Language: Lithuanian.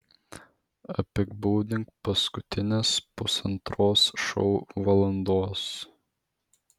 apibūdink paskutines pusantros šou valandos